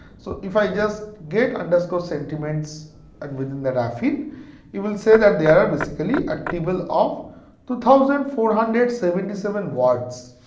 so if i just get underscore sentiments and within that afinn you will say that there are basically a table of two thousand four hundred and seventy seven words.